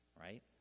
Right